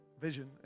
vision